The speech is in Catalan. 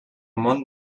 món